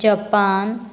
Japan